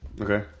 Okay